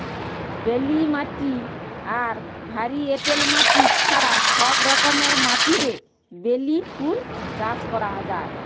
বেলে মাটি আর ভারী এঁটেল মাটি ছাড়া সব রকমের মাটিরে বেলি ফুল চাষ করা যায়